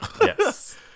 Yes